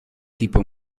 tipo